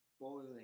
Boiling